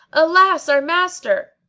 alas, our master!